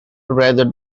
rather